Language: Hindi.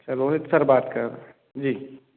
अच्छा रोहित सर बात कर रहें जी